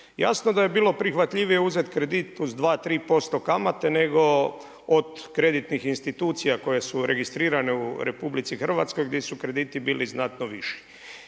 Jasno da je bilo prihvatljivije uzeti kredit uz 2, 3% kamate nego od kreditnih institucija koje su registrirane u RH gdje su krediti bili znatno viši.